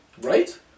Right